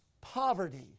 Poverty